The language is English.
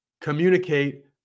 communicate